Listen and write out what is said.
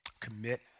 Commit